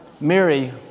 Mary